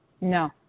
no